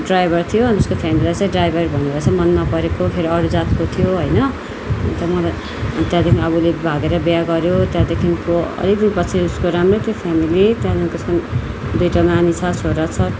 driver थियो अनि उसको फ्यामिलीलाई चाहिँ ड्राइभर भनेर चाहिँ मन नपरेको फेरि अरू जातको थियो होइन अन्त मलाई अनि त्यहाँदेखि उसले भागेर बिहा गर्यो त्यहाँदेखिको अलिक दिन पछि उसको राम्रै थियो फ्यामिली त्यहाँदेखिको उसको दुइटा नानी छ छोरा छ